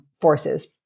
forces